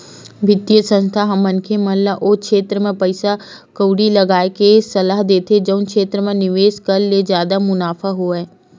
बित्तीय संस्था ह मनखे मन ल ओ छेत्र म पइसा कउड़ी लगाय के सलाह देथे जउन क्षेत्र म निवेस करे ले जादा मुनाफा होवय